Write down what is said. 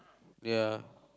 ya